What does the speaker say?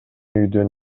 үйдөн